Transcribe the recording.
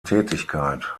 tätigkeit